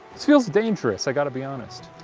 this feels dangerous, i gotta be honest.